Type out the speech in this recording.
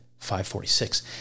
546